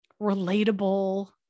relatable